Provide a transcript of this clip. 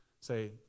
Say